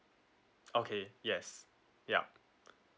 okay yes yup